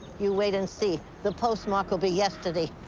you wait and see. the postmark will be yesterday,